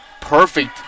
perfect